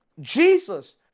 Jesus